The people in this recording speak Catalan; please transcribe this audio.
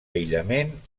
aïllament